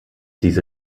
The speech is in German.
diese